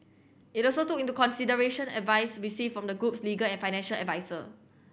it also took into consideration advice received from the group's legal and financial adviser